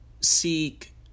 seek